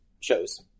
shows